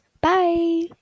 Bye